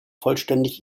vollständig